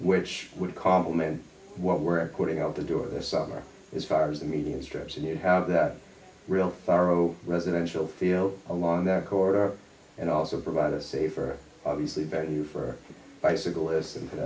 which would complement what we're recording out the door the summer is fires the median strips and you have that real thorough residential feel along that corridor and also provide a safer obviously value for bicycle listen to the